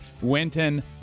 Winton